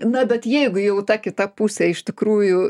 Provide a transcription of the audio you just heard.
na bet jeigu jau ta kita pusė iš tikrųjų